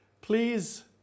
please